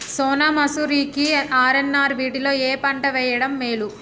సోనా మాషురి కి ఆర్.ఎన్.ఆర్ వీటిలో ఏ పంట వెయ్యడం మేలు?